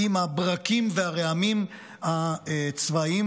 עם הברקים והרעמים הצבאיים